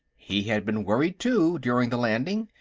he had been worried, too, during the landing,